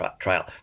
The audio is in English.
trial